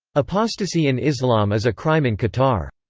apostasy in islam is a crime in qatar.